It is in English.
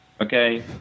Okay